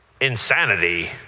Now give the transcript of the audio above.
insanity